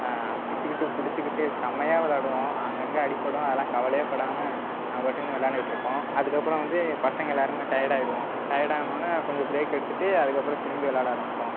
அடிச்சிகிட்டு பிடிச்சிகிட்டு செம்மையாக விளாடுவோம் அங்கங்கே அடிப்படும் அதெலாம் கவலையே படாமல் நாங்கள் பாட்டுக்கு விளாண்டுட்ருப்போம் அதுக்கப்புறம் வந்து பசங்க எல்லாருமே டயட் ஆகிடுவோம் டயட் ஆனோன கொஞ்சம் பிரேக் எடுத்துட்டு அதுக்கப்புறம் திரும்பி விளாட ஆரம்பிச்சிடுவோம்